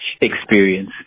experience